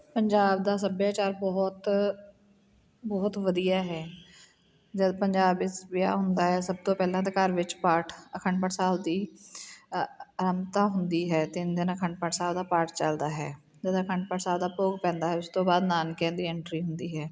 ਪੰਜਾਬ ਦਾ ਸੱਭਿਆਚਾਰ ਬਹੁਤ ਬਹੁਤ ਵਧੀਆ ਹੈ ਜਦ ਪੰਜਾਬ ਵਿੱਚ ਵਿਆਹ ਹੁੰਦਾ ਆ ਸਭ ਤੋਂ ਪਹਿਲਾਂ ਤਾਂ ਘਰ ਵਿੱਚ ਪਾਠ ਅਖੰਡ ਪਾਠ ਸਾਹਿਬ ਦੀ ਆਰੰਭਤਾ ਹੁੰਦੀ ਹੈ ਅਤੇ ਤਿੰਨ ਦਿਨ ਅਖੰਡ ਪਾਠ ਸਾਹਿਬ ਦਾ ਪਾਠ ਚੱਲਦਾ ਹੈ ਜਦੋਂ ਅਖੰਡ ਪਾਠ ਸਾਹਿਬ ਦਾ ਭੋਗ ਪੈਂਦਾ ਹੈ ਉਸ ਤੋਂ ਬਾਅਦ ਨਾਨਕਿਆਂ ਦੀ ਐਂਟਰੀ ਹੁੰਦੀ ਹੈ